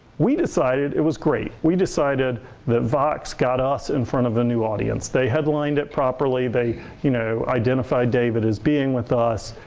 we decided it was great. we decided that vox got us in front of new audience. they headlined it properly, they you know identified david as being with us.